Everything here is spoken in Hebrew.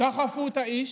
דחפו את האיש,